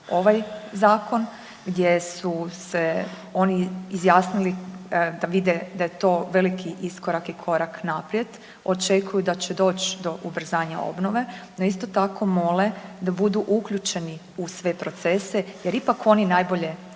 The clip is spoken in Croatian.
ovaj zakon gdje su se oni izjasnili da vide da je to veliki iskorak i korak naprijed. Očekuju da će doći do ubrzanja obnove, no isto tako mole da budu uključeni u sve procese jer ipak oni najbolje